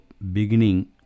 beginning